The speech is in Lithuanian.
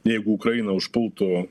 jeigu ukrainą užpultų